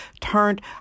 turned